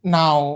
now